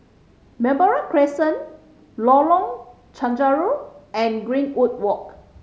Balmoral Crescent Lorong Chencharu and Greenwood Walk